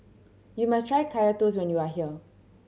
you must try Kaya Toast when you are here